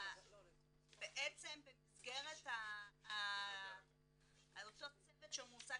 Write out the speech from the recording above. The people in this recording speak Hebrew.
בעצם במסגרת אותו צוות שמועסק